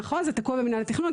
נכון, זה תקוע במינהל התכנון.